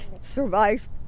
survived